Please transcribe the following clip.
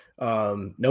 no